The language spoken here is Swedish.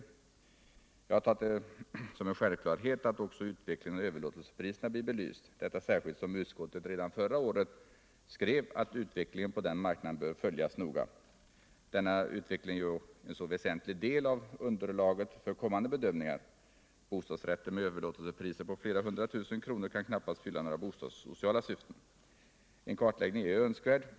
För min del har jag tagit det som en självklarhet att också utvecklingen av överlåtelsepriserna blir belyst, detta särskilt som utskottet redan förra året skrev att utvecklingen på den marknaden bör följas noga. Denna utveckling är ju en så väsentlig del av underlaget för kommande bedömningar — bostadsrätter med överlåtelsepriser på flera hundra tusen kronor kan knappast fylla några bostadssociala syften. En kartläggning är önskvärd.